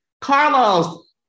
Carlos